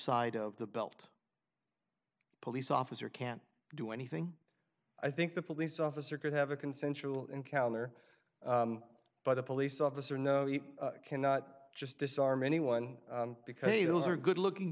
side of the belt police officer can't do anything i think the police officer could have a consensual encounter but a police officer no you cannot just disarm anyone because a those are good looking